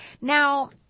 Now